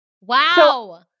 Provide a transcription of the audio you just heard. Wow